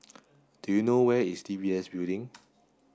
do you know where is D B S Building